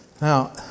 Now